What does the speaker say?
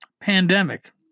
pandemic